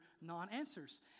non-answers